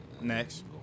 Next